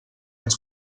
ens